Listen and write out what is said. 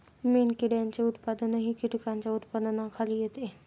मेणकिड्यांचे उत्पादनही कीटकांच्या उत्पादनाखाली येते